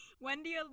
Wendy